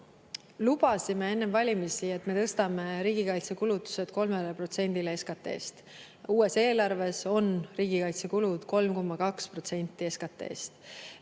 lubasime enne valimisi, et me tõstame riigikaitsekulutused 3%‑le SKT‑st. Uues eelarves on riigikaitsekulud 3,2% SKT‑st.